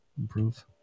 improve